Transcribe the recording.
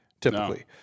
Typically